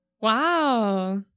Wow